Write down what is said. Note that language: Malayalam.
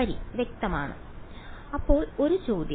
വരി വ്യക്തമാണ് അപ്പോൾ ഒരു ചോദ്യം